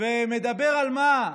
ומדבר על מה?